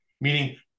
meaning